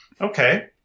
Okay